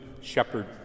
Shepherd